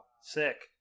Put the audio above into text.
sick